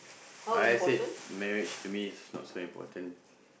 I said marriage to me is not so important